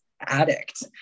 addict